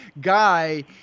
guy